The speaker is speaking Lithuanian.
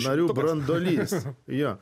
narių branduolys jo